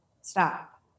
stop